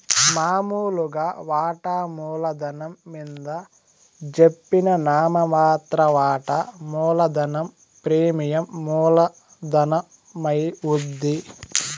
మామూలుగా వాటామూల ధనం మింద జెప్పిన నామ మాత్ర వాటా మూలధనం ప్రీమియం మూల ధనమవుద్ది